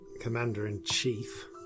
Commander-in-Chief